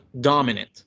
dominant